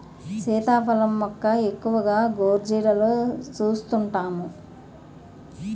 సీతాఫలం మొక్క ఎక్కువగా గోర్జీలలో సూస్తుంటాము